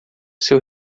seu